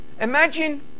Imagine